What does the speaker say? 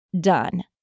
done